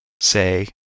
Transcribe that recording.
Say